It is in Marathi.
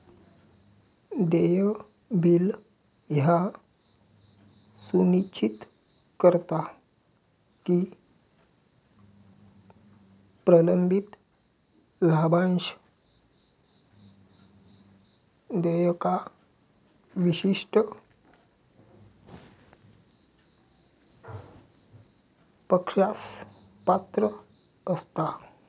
देय बिल ह्या सुनिश्चित करता की प्रलंबित लाभांश देयका विशिष्ट पक्षास पात्र असता